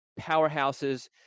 powerhouses